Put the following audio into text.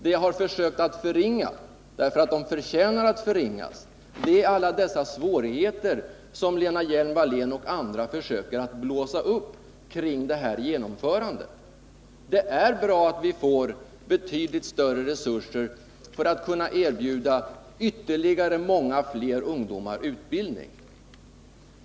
Det jag har försökt förringa, därför att det förtjänar att förringas, är alla dessa svårigheter som Lena Hjelm-Wallén och andra försöker blåsa upp kring genomförandet av denna förändring. Det är bra att vi får betydligt större resurser för att kunna erbjuda ytterligare många fler ungdomar utbildning.